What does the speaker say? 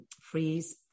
freeze